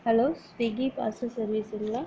hello ஸ்சுகி parcel சர்விஸ்சுங்களா